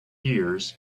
years